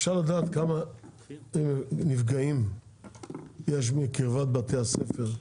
אפשר לדעת כמה נפגעים יש מקרבת בתי הספר?